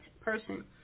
person